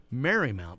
Marymount